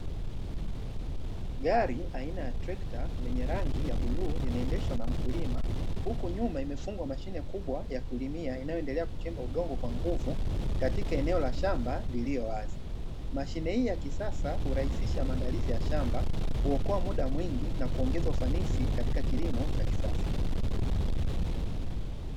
Gari aina ya trekta lenye rangi ya bluu linaendeshwa na mkulima, huku nyuma imefungwa mashine kubwa ya kulimia inayoendelea kuchimba udongo kwa nguvu katika eneo la shamba lililo wazi. Mashine hii ya kisasa hurahisisha maandalizi ya shamba, huokoa muda mwingi na kuongeza ufanisi katika kilimo cha kisasa.